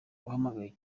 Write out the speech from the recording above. uhamagaye